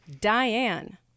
Diane